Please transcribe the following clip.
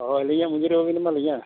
ᱦᱳᱭ ᱟᱹᱞᱤᱧᱟᱜ ᱢᱚᱡᱩᱨᱤ ᱦᱚᱸ ᱵᱟᱵᱤᱱ ᱮᱢᱟ ᱞᱤᱧᱟ